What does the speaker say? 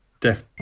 death